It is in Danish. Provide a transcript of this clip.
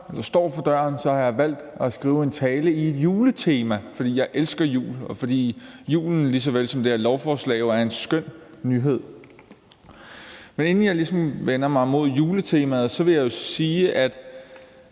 julen står for døren, har jeg valgt at skrive en tale med et juletema. Jeg elsker jul, fordi julen lige såvel som det her lovforslag er en skøn nyhed. Men inden jeg vender mig mod juletemaet, vil jeg jo sige, at